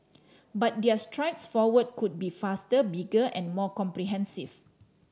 but their strides forward could be faster bigger and more comprehensive